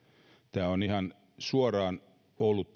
tämä ilmastonmuutos on ihan suoraan ollut